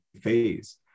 phase